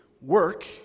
work